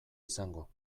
izango